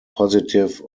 positive